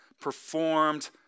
performed